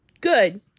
good